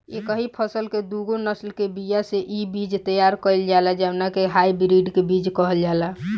एकही फसल के दूगो नसल के बिया से इ बीज तैयार कईल जाला जवना के हाई ब्रीड के बीज कहल जाला